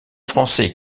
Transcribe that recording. français